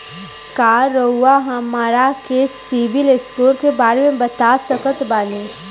का रउआ हमरा के सिबिल स्कोर के बारे में बता सकत बानी?